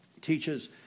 teaches